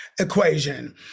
equation